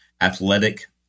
athletic